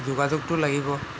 যোগাযোগটো লাগিব